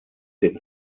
den